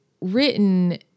written